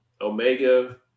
Omega